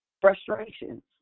frustrations